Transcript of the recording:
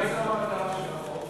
אולי זו המטרה של החוק?